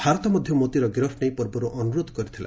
ଭାରତ ମଧ୍ୟ ମୋତିର ଗିରଫ ନେଇ ପୂର୍ବରୁ ଅନୁରୋଧ କରିଥିଲା